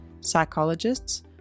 psychologists